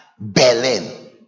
Berlin